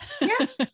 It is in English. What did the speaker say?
Yes